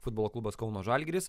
futbolo klubas kauno žalgiris